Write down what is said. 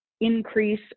increase